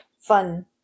fun